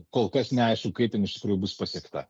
kol kas neaišku kaip jin iš tikrųjų bus pasiekta